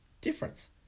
Difference